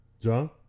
John